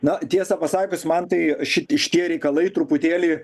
na tiesą pasakius man tai šit šitie reikalai truputėlį